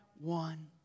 one